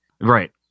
Right